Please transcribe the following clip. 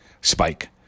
spike